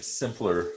simpler